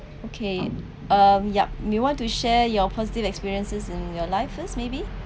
okay um yup you want to share your positive experiences in your life first maybe